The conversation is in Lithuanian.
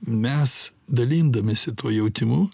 mes dalindamiesi tuo jautimu